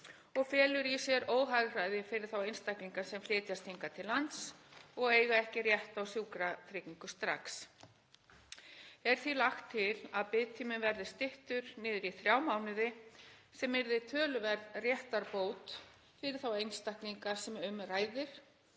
og felur í sér óhagræði fyrir þá einstaklinga sem flytjast hingað til lands og eiga ekki rétt á sjúkratryggingu strax. Er því lagt til að biðtíminn verði styttur niður í þrjá mánuði, sem yrði töluverð réttarbót fyrir þá einstaklinga sem um ræðir